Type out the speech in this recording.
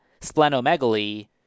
splenomegaly